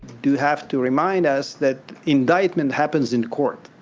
do have to remind us that indictment happens in court.